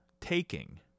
Taking